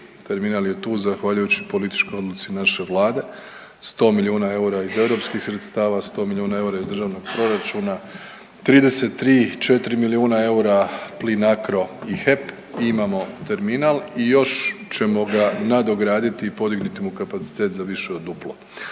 terminal je tu zahvaljujući političkoj odluci naše vlade, 100 milijuna eura iz europskih sredstava, 100 milijuna eura iz državnog proračuna, 33-'4 milijuna eura Plinacro i HEP, imamo terminal i još ćemo ga nadograditi i podignuti mu kapacitet za više od duplo.